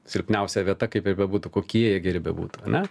silpniausia vieta kaip ir bebūtų kokie jie geri bebūtų ane